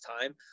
time